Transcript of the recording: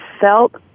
felt